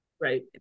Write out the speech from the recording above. right